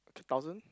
two thousand